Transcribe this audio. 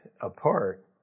apart